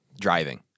driving